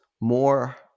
more